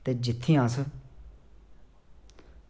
ते जित्थें अस